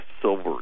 Silver